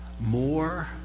more